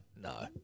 no